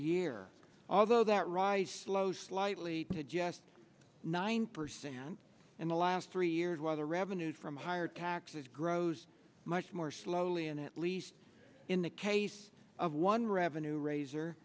year although that rise slow slightly to just nine percent in the last three years while the revenue from higher taxes grows much more slowly and at least in the case of one revenue ra